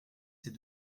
ces